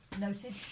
Noted